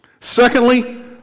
Secondly